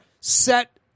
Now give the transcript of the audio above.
set